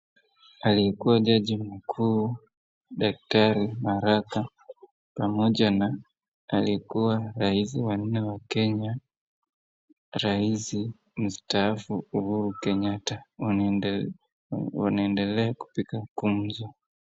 Aliyekuwa jaji mkuu daktari Maraga pamoja na aliyekuwa rais wanne wa Kenya rais mustaafu Uhuru Kenyatta wanaendela kupiga gumzo.